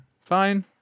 fine